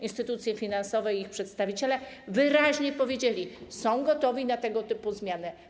Instytucje finansowe i ich przedstawiciele wyraźnie powiedzieli, są gotowi na tego typu zmiany.